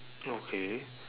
okay